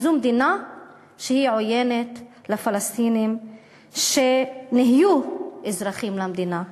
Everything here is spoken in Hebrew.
זו מדינה שהיא עוינת לפלסטינים שנהיו אזרחים במדינה,